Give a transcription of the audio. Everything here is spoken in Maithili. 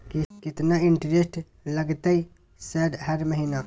केतना इंटेरेस्ट लगतै सर हर महीना?